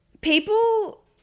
people